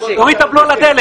תוריד את הבלו על הדלק.